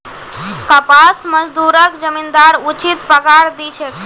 कपास मजदूरक जमींदार उचित पगार दी छेक